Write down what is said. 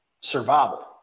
survival